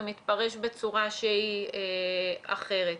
מתפרש בצורה שהיא אחרת.